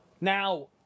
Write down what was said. Now